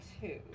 two